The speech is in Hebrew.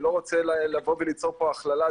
אני לא רוצה ליצור פה הכללה,